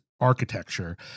architecture